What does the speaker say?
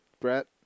Brett